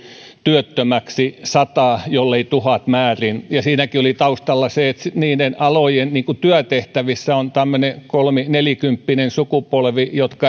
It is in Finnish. työttömäksi sata jollei tuhatmäärin siinäkin oli taustalla se että niiden alojen työtehtävissä on tämmöinen kolmi nelikymppinen sukupolvi joka